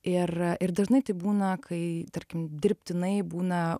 ir ir dažnai tai būna kai tarkim dirbtinai būna